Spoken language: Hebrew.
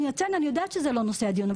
אני יודעת שזה לא נושא הדיון,